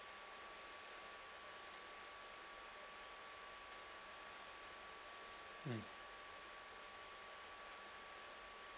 mm